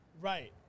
Right